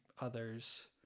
others